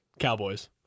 Cowboys